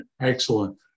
Excellent